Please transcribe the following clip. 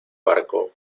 barco